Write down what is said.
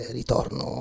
ritorno